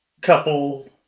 couple